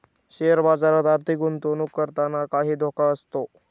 share बाजारात आर्थिक गुंतवणूक करताना काही धोका असतो